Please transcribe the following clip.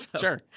Sure